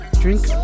Drink